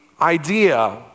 idea